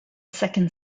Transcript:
second